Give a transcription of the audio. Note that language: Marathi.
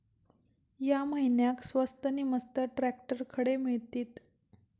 या महिन्याक स्वस्त नी मस्त ट्रॅक्टर खडे मिळतीत?